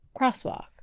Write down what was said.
crosswalk